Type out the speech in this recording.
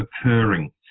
occurring